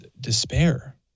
despair